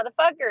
motherfucker